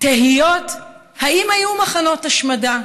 תהיות אם היו מחנות השמדה,